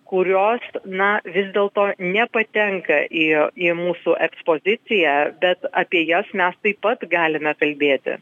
kurios na vis dėl to nepatenka į į mūsų ekspoziciją bet apie jas mes taip pat galime kalbėti